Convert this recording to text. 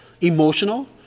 emotional